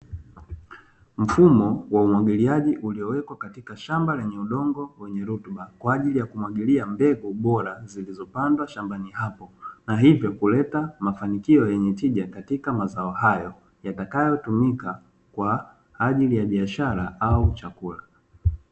Mfumo wa umwagiliaji uliowekwa katika shamba lenye udongo wenye rutuba kwa ajili ya kumwagilia mbegu bora, zilizopandwa shambani hapo na hivyo kuleta mafanikio yenye tija katika mazao hayo yatakayotumika kwa ajili ya biashara au chakula.